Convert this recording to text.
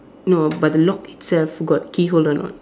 no but the lock itself got key hole or not